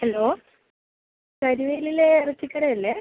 hello കരുവേലിയിലെ ഇറച്ചിക്കടയല്ലേ